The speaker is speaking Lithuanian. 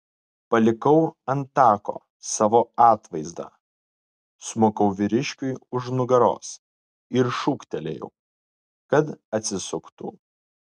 palikau ant tako savo atvaizdą smukau vyriškiui už nugaros ir šūktelėjau kad atsisuktų